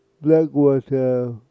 Blackwater